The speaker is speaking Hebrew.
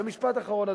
ומשפט אחרון,